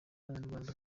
abanyarwanda